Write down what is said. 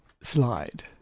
slide